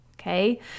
Okay